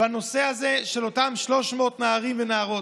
בנושא הזה של אותם 300 נערים ונערות.